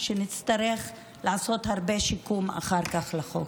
נצטרך לעשות הרבה שיקום אחר כך לחוק.